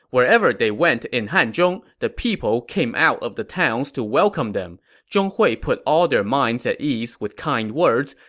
wherever they went in hanzhong, the people of came out of the towns to welcome them. zhong hui put all their minds at ease with kind words,